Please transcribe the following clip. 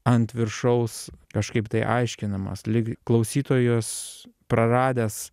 ant viršaus kažkaip tai aiškinamas lyg klausytojas praradęs